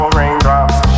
raindrops